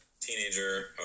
teenager